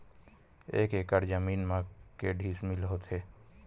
एक एकड़ जमीन मा के डिसमिल होथे?